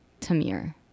Tamir